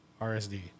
RSD